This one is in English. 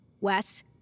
Wes